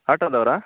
ಆಟೋದವರಾ